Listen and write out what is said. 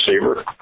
receiver